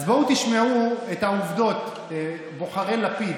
אז בואו תשמעו את העובדות, בוחרי לפיד,